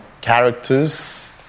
characters